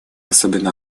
особенно